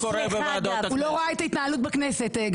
הוא לא ראה את ההתנהלות בכנסת.